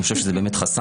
אני חושב שזה חסם.